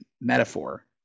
metaphor